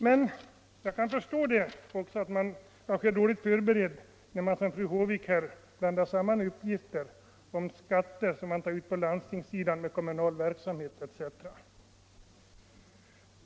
Men jag kan förstå att man är dåligt förberedd när man som fru Håvik här blandar samman uppgifter om skatter, som tas ut på landstingssidan, med kommunal verksamhet etc.